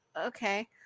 okay